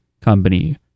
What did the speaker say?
company